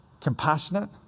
compassionate